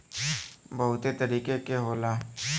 बहुते तरीके के होला